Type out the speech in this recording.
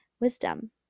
wisdom